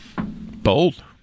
Bold